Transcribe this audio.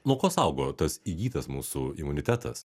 nuo ko saugo tas įgytas mūsų imunitetas